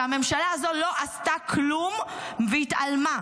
שהממשלה הזאת לא עשתה כלום והתעלמה,